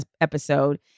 episode